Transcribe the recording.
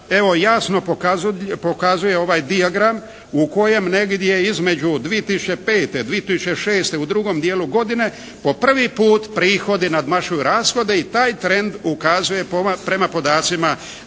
evo jasno pokazuje ovaj dijagram u kojem negdje između 2005., 2006. u drugom dijelu godine po prvi put prihodi nadmašuju rashode i taj trend ukazuje pomak prema podacima da